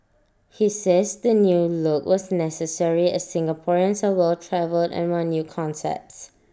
he says the new look was necessary as Singaporeans are well travelled and want new concepts